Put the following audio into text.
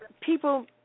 people